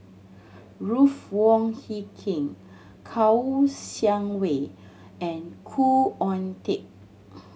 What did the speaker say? Ruth Wong Hie King Kouo Shang Wei and Khoo Oon Teik